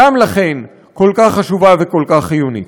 גם לכן, כל כך חשובה וכל כך חיונית.